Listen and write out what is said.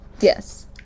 Yes